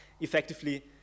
effectively